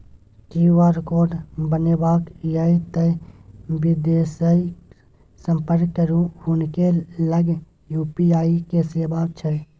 QR code बनेबाक यै तए बिदेसरासँ संपर्क करू हुनके लग यू.पी.आई के सेवा छै